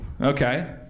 Okay